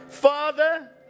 Father